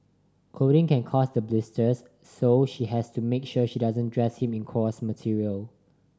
clothing can cause the blisters so she has to make sure she doesn't dress him in coarse material